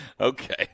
Okay